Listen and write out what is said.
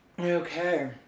Okay